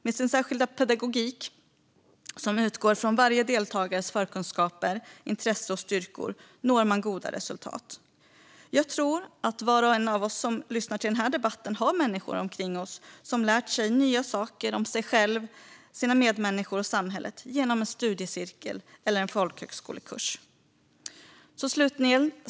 Med sin särskilda pedagogik som utgår från varje deltagares förkunskaper, intresse och styrkor når man goda resultat. Jag tror att var och en av oss som lyssnar till den här debatten har människor omkring sig som lärt sig nya saker om sig själv, sina medmänniskor och samhället genom en studiecirkel eller en folkhögskolekurs.